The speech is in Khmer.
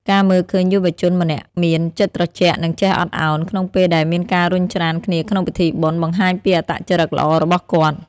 ការមើលឃើញយុវជនម្នាក់មាន "ចិត្តត្រជាក់" និង "ចេះអត់ឱន" ក្នុងពេលដែលមានការរុញច្រានគ្នាក្នុងពិធីបុណ្យ បង្ហាញពីអត្តចរិតល្អរបស់គាត់។